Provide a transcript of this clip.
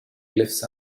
glyphs